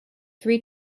three